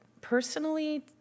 personally